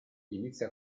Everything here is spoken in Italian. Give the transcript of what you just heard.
inizia